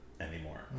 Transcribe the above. anymore